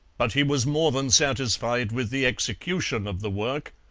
but he was more than satisfied with the execution of the work,